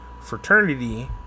fraternity